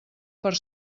per